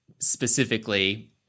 specifically